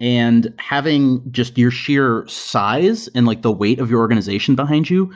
and having just your sheer size and like the weight of your organization behind you